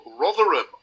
Rotherham